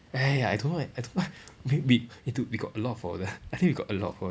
ya ya ya I don't know eh I don't know maybe we need to we got a lot of foreigner I think we got a lot of foreigner